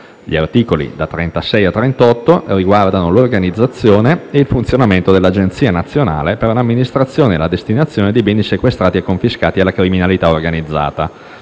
Gli articoli da 36 a 38 riguardano l'organizzazione e il funzionamento dell'Agenzia nazionale per l'amministrazione e la destinazione dei beni sequestrati e confiscati alla criminalità organizzata.